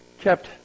kept